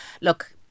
look